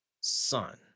son